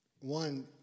One